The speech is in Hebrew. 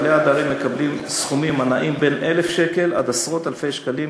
בעלי העדרים מקבלים סכומים הנעים בין 1,000 שקל עד עשרות אלפי שקלים,